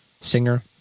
singer